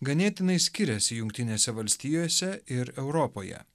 ganėtinai skiriasi jungtinėse valstijose ir europoje